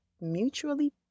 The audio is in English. mutually